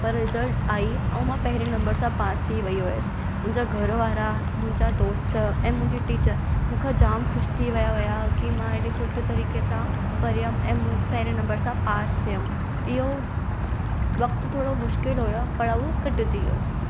पर रिज़ल्ट आई ऐं मां पहिरें नंबर सां पास थी वई हुयसि मुंहिंजो घरु वारा मुंहिंजा दोस्त ऐं मुंहिंजी टीचर मूंखा जाम ख़ुशि थी विया हुया की मां ऐॾे सुठे तरीक़े सां पढ़ियमि ऐं मूं पहिरें नंबर सां पास थियमि इहो वक़्तु थोरो मुश्किलु हुयो पर उहो कटिजी वियो